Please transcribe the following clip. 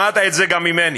שמעת את זה גם ממני.